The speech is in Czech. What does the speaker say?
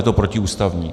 Je to protiústavní.